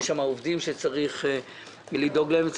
עובדים שצריך לדאוג להם.